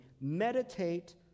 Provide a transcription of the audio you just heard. meditate